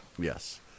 Yes